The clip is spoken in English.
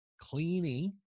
cleaning